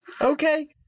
Okay